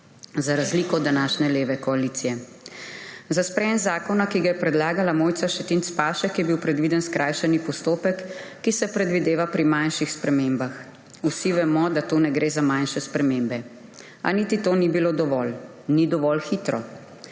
za razliko od današnje leve koalicije. Za sprejetje zakona, ki ga je predlagala Mojca Šetinc Pašek, je bil predviden skrajšani postopek, ki se predvideva pri manjših spremembah. Vsi vemo, da tu ne gre za manjše spremembe. A niti to ni bilo dovolj. Ni dovolj hitro.